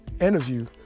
interview